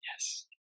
Yes